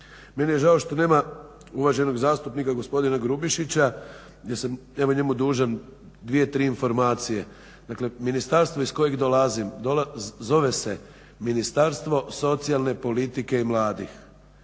Meni je žao što nema uvaženog zastupnika gospodina Grubišića, jer sam evo njemu dužan 2, 3 informacije. Dakle, ministarstvo iz kojeg dolazi zove se Ministarstvo socijalne politike i mladih,